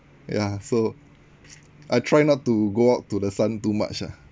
ya so I try not to go out to the sun too much ah